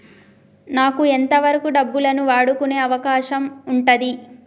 నాకు ఎంత వరకు డబ్బులను వాడుకునే అవకాశం ఉంటది?